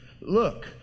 Look